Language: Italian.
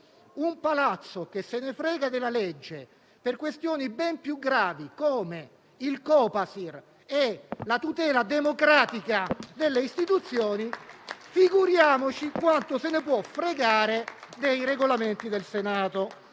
un Palazzo che se ne frega della legge per questioni ben più gravi come il Copasir e la tutela democratica delle istituzioni, figuriamoci quanto se ne può fregare dei Regolamenti del Senato.